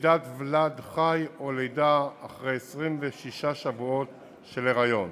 לידת ולד חי או לידה אחרי 26 שבועות של היריון.